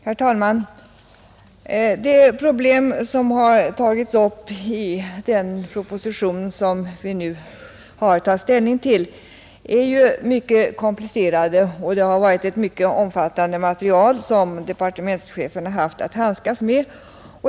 Herr talman! De problem som har tagits upp i den proposition vi nu har att ta ställning till är ju mycket komplicerade, och departementschefen har haft ett mycket omfattande material att handskas med.